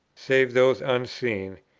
save those unseen,